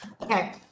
okay